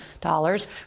dollars